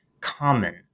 common